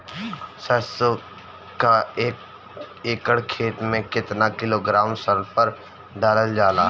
सरसों क एक एकड़ खेते में केतना किलोग्राम सल्फर डालल जाला?